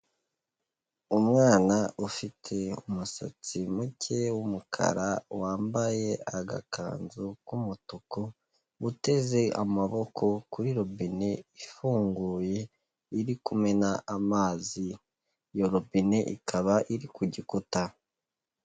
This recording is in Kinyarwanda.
Umwana ufite umusatsi muke w'umukara, wambaye agakanzu k'umutuku, uteze amaboko kuri robine ifunguye, iri kumena amazi. Iyo robine ikaba iri ku gikuta.